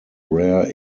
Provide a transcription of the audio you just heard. rare